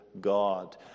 God